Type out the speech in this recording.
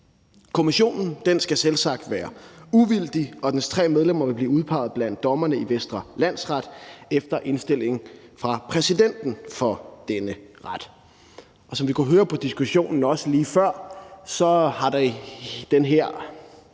Kommissionen skal selvsagt være uvildig, og dens tre medlemmer vil blive udpeget blandt dommerne i Vestre Landsret efter indstilling fra præsidenten for denne ret.